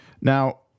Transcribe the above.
Now